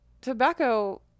tobacco